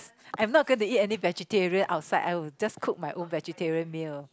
I am not going to eat any vegetarian outside I'll just cook my own vegetarian meal